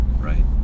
right